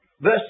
verse